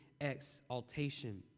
exaltation